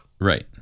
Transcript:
Right